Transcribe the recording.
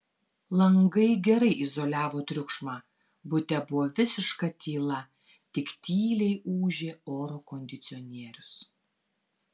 langai gerai izoliavo triukšmą bute buvo visiška tyla tik tyliai ūžė oro kondicionierius